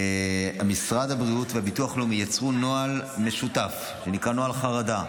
משרד הבריאות והביטוח הלאומי יצרו נוהל משותף שנקרא נוהל חרדה.